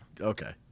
okay